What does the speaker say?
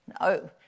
No